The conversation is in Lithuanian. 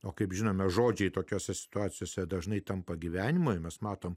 o kaip žinome žodžiai tokiose situacijose dažnai tampa gyvenimai mes matome